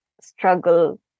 struggle